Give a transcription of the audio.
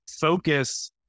focus